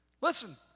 Listen